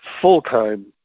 full-time